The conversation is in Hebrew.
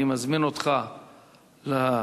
אני מזמין אותך לדוכן.